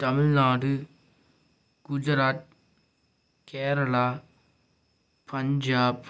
Tamil Nadu Gujarat Kerala Punjab